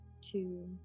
two